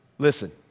Listen